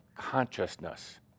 Consciousness